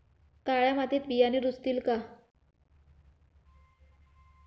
काळ्या मातीत बियाणे रुजतील का?